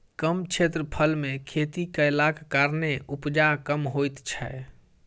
कम क्षेत्रफल मे खेती कयलाक कारणेँ उपजा कम होइत छै